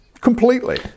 Completely